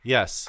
Yes